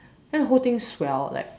then the whole thing swelled like